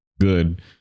good